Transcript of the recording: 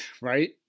right